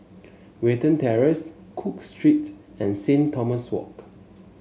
Watten Terrace Cook Street and Saint Thomas Walk